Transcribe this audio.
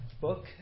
book